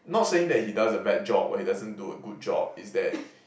not saying that he does a bad job or he doesn't do a good job it's that